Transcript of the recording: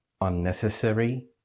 unnecessary